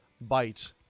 bite